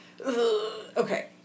Okay